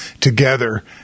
together